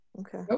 okay